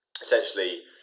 Essentially